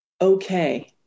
okay